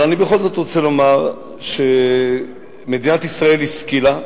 אבל אני בכל זאת רוצה לומר שמדינת ישראל השכילה,